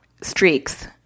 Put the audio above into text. streaks